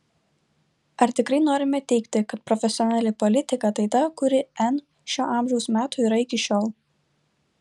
ar tikrai norime teigti kad profesionali politika tai ta kuri n šio amžiaus metų yra iki šiol